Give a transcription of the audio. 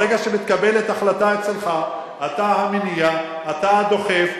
ברגע שמתקבלת החלטה אצלך, אתה המניע, אתה הדוחף.